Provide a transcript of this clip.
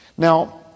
Now